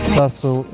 passam